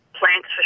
plants